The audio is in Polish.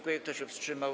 Kto się wstrzymał?